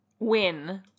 Win